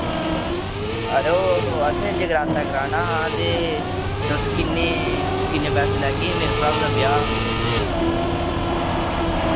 अड़ो असें जगराता कराना हा ते तुस किन्ने किन्ने पैसे लैगे मेरे भराऊ दा ब्याह्